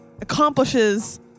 accomplishes